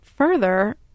further